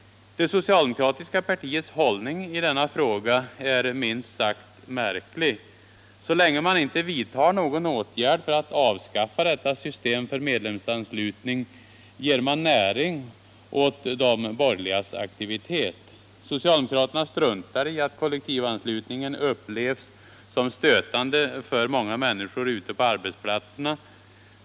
Det socialdemokratiska partiets hållning i denna fråga är minst sagt märklig. Så länge man inte vidtar någon åtgärd för att avskaffa detta system för medlemsanslutning ger man näring åt de borgerligas aktivitet. Socialdemokraterna struntar i att kollektivanslutningen upplevs som stötande av många människor ute på arbetsplatserna.